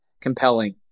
compelling